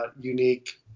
unique